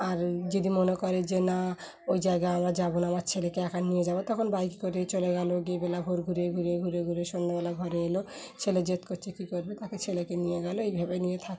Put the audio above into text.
আর যদি মনে করে যে না ওই জায়গায় আমরা যাবো না আমার ছেলেকে একা নিয়ে যাবো তখন বাইক করে চলে গেলো গিয়ে বেলা ভোর ঘুরে ঘুরে ঘুরে ঘুরে সন্ধেবেলা ঘরে এলো ছেলে জেদ করছে কী করবে তাকে ছেলেকে নিয়ে গেলো এইভাবে নিয়ে থা